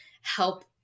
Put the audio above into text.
help